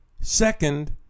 Second